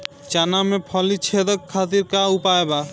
चना में फली छेदक खातिर का उपाय बा?